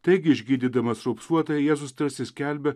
taigi išgydydamas raupsuotąjį jėzus tarsi skelbia